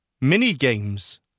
mini-games